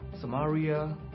Samaria